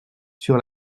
sur